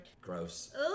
Gross